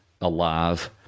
alive